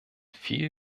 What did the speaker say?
viel